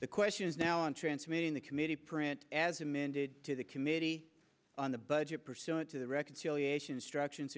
the question is now on transmitting the committee print as amended to the committee on the budget pursuant to the reconciliation instructions